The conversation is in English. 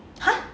!huh!